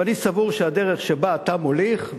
ואני סבור שהדרך שבה אתה מוליך,